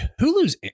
Hulu's